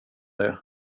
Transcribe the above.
det